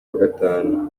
semwaga